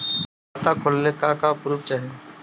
खाता खोलले का का प्रूफ चाही?